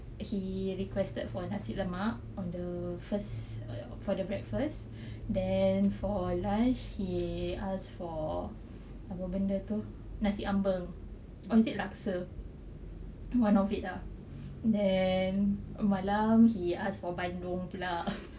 he requested for nasi lemak on the first for the breakfast then for lunch he asked for apa benda tu nasi ambeng or is it laksa one of it lah then malam he asked for bandung